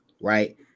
Right